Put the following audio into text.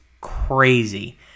crazy